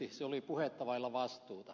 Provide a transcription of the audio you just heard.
se oli puhetta vailla vastuuta